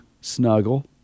snuggle